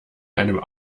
einem